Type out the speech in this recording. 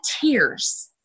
tears